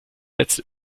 letzte